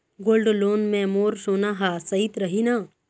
Gold loan मे मोर सोना हा सइत रही न?